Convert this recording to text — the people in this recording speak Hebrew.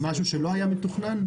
משהו שלא היה מתוכנן?